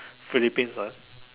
Philippines ah